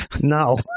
No